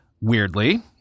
weirdly